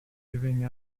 giving